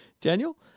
Daniel